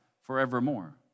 forevermore